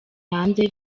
hanze